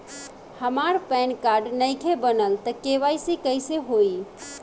हमार PAN card नईखे बनल त के.वाइ.सी कइसे होई?